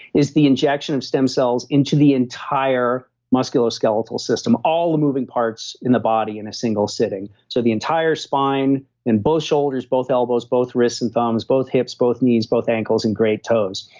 is the injection of stem cells into the entire musculoskeletal system. all the moving parts in the body, in a single sitting. so the entire spine and both shoulders, both elbows, both wrists and thumbs, both hips, both knees, both ankles and great toes.